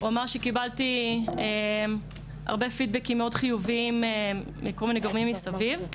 הוא אמר שקיבלתי הרבה פידבקים מאוד חיוביים מכל מיני גורמים מסביב.